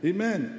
Amen